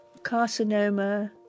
Carcinoma